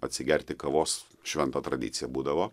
atsigerti kavos šventa tradicija būdavo